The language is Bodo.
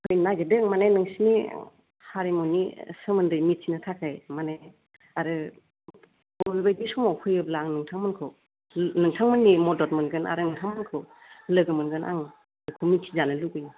थांनो नागिरदों माने नोंसोरनि हारिमुनि सोमोन्दै मिथिनो थाखाय माने आरो बबे बायदि समाव फैयोब्ला नोंथांमोनखौ नोंथांमोननि मदद मोनगोन आरो नोंथांमोनखौ लोगो मोनगोन आं मिथिजानो लुबैयो